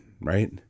right